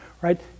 right